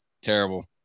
Terrible